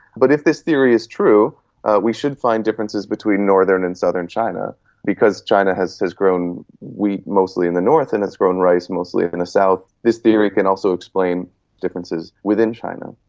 but if this theory is true we should find differences between northern and southern china because china has has grown wheat mostly in the north and it's grown rice mostly in the south. this theory can also explain differences within china.